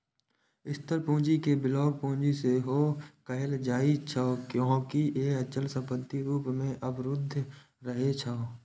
स्थिर पूंजी कें ब्लॉक पूंजी सेहो कहल जाइ छै, कियैकि ई अचल संपत्ति रूप मे अवरुद्ध रहै छै